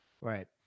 Right